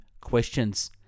questions